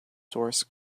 source